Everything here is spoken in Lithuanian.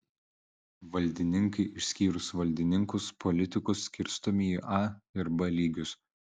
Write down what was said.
valdininkai išskyrus valdininkus politikus skirstomi į a ir b lygius